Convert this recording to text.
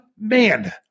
Man